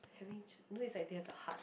having you know is like they have the heart